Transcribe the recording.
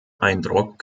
eindruck